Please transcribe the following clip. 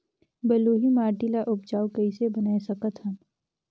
बलुही माटी ल उपजाऊ कइसे बनाय सकत हन?